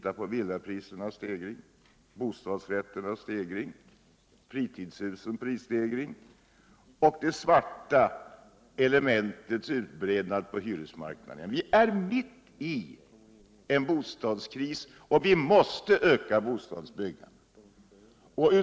Se på villaprisernas, bostadsrättsprisernas och fritidshusprisernas stegring och det svarta elementets utbredning på hyresmarknaden. Vi är mitt uppe i en bostadskris, och vi måste öka bostadsbyggandet.